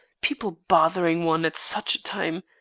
people bothering one at such a time,